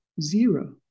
zero